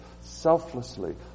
selflessly